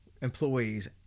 employees